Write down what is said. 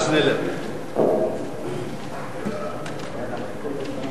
התשע"א 2011, לוועדת הפנים והגנת הסביבה נתקבלה.